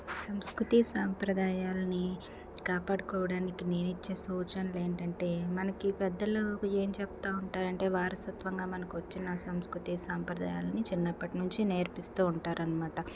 సంస్కృతి సాంప్రదాయాలని కాపాడుకోవడానికి నేను ఇచ్చే సూచనలు ఏంటంటే మనకి పెద్దలు ఏం చెబుతా ఉంటారంటే వారసత్వంగా మనకు వచ్చిన సంస్కృతి సాంప్రదాయాలను చిన్నప్పటినుంచి నేర్పిస్తూ ఉంటారనమాట